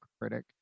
critic